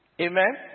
Amen